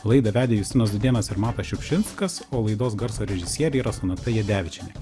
laidą vedė justinas dūdėnas ir matas šiupšinskas o laidos garso režisieriai yra sonata jadevičienė